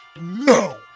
no